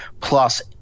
plus